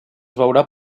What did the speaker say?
veurà